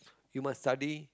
you must study